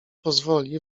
pozwoli